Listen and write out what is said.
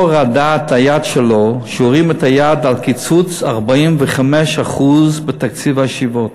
לא רעדה היד שלו כשהוא הרים אותה לקיצוץ 45% בתקציב הישיבות,